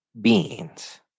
beings